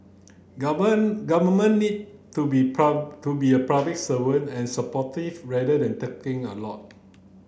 government need to be to be a public servant and supportive rather than a lot